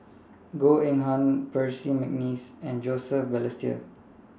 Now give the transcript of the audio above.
Goh Eng Han Percy Mcneice and Joseph Balestier